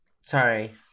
sorry